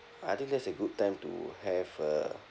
I think that's a good time to have a